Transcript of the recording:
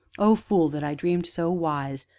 oh, fool that i dreamed so wise!